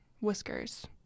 whiskers